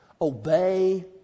obey